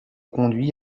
conduits